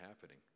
happening